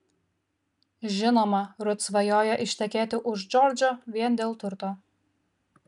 žinoma rut svajoja ištekėti už džordžo vien dėl turto